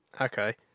Okay